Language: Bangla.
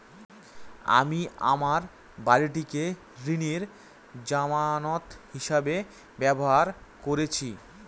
আমি আমার বাড়িটিকে ঋণের জামানত হিসাবে ব্যবহার করেছি